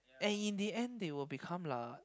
and in the end they will become lah